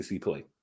play